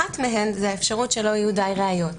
אחת מהן, היא האפשרות שלא יהיו די ראיות.